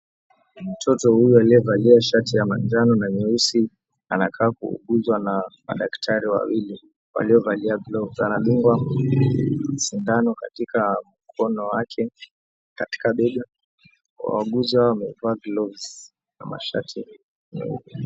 Mtoto huyo aliyevalia shati ya manjano na nyeusi, anakaa kuuguzwa na madaktari wawili waliovalia glovu. Anadungwa sindano katika mkono wake, katika bega. Wauguzi hawa wamevaa gloves na mashati meupe.